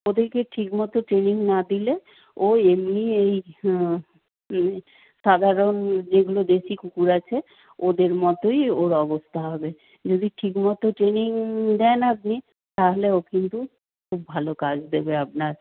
ওদেরকে ঠিক মতো ট্রেনিং না দিলে ও এমনি এই সাধারণ যেগুলো দেশি কুকুর আছে ওদের মতোই ওর অবস্থা হবে যদি ঠিক মতো ট্রেনিং দেন আপনি তাহলে ও কিন্তু খুব ভালো কাজ দেবে আপনার